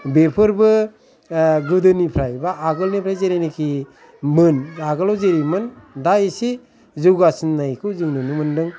बेफोरबो गोदोनिफ्राय बा आगोलनिफ्राय जेरैनाखि मोन आगोलआव जेरैमोन दा एसे जाैगासिनायखाै जों नुनो मोनदों